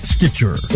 Stitcher